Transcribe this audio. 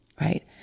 right